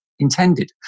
Intended